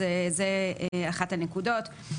אז זו אחת הנקודות.